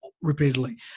repeatedly